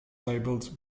labelled